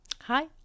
Hi